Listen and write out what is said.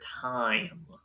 time